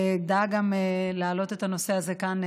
שדאג להעלות את הנושא הזה גם כאן,